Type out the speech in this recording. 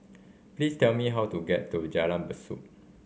please tell me how to get to Jalan Besut